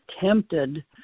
tempted